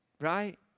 right